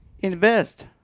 Invest